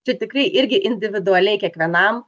čia tikrai irgi individualiai kiekvienam